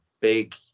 big